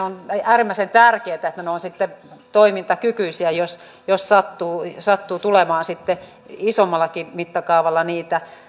on äärimmäisen tärkeätä että nämä taisteluosastot ovat sitten toimintakykyisiä jos jos sattuu sattuu tulemaan isommallakin mittakaavalla niitä